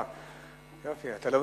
אדוני היושב-ראש,